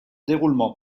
déroulement